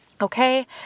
Okay